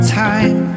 time